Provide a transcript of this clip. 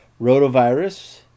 rotavirus